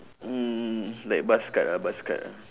mm like buzz cut ah buzz cut